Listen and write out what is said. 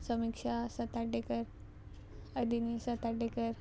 Samiksha Satardekar Adini Satardekar